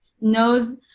knows